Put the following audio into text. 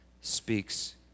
speaks